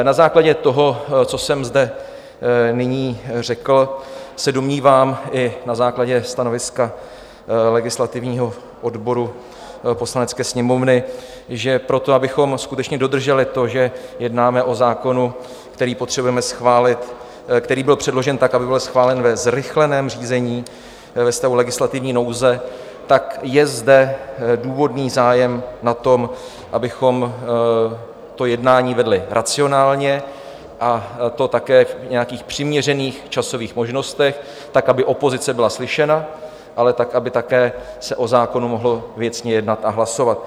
Na základě toho, co jsem zde nyní řekl, se domnívám, i na základě stanoviska legislativního odboru Poslanecké sněmovny, že proto, abychom skutečně dodrželi to, že jednáme o zákonu, který potřebujeme schválit, který byl předložen tak, aby byl schválen ve zrychleném řízení ve stavu legislativní nouze, tak je zde důvodný zájem na tom, abychom to jednání vedli racionálně, a to také v nějakých přiměřených časových možnostech, tak aby opozice byla slyšena, ale tak aby také se o zákonu mohlo věcně jednat a hlasovat.